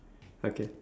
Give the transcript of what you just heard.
okay